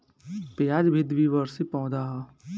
प्याज भी द्विवर्षी पौधा हअ